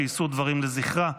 שיישאו דברים לזכרה,